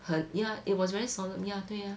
很 ya it was very solemn ya 对 ah